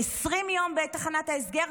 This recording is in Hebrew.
20 ימים בתחנת ההסגר,